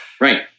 Right